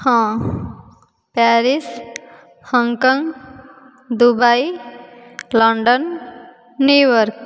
ହଁ Paris Hong Kong Dubai London New York